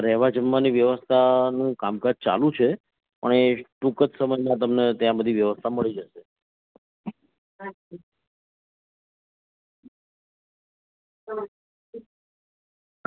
રહેવા જમવાની વ્યવસ્થા નું કામકાજ ચાલુ છે પણ એ ટૂંક જ સમયમાં તમને ત્યાં તમને બધી વ્યવસ્થા મળી જશે